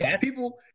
people